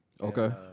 Okay